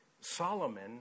Solomon